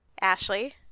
ashley